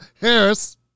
Harris